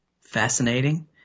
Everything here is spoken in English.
fascinating